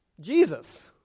Jesus